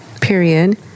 period